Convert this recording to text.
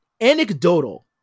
anecdotal